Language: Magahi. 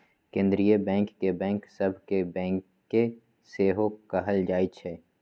केंद्रीय बैंक के बैंक सभ के बैंक सेहो कहल जाइ छइ